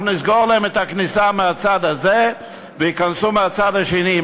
נסגור להם את הכניסה מהצד הזה וייכנסו מהצד השני,